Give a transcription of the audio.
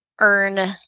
earn